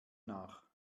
nach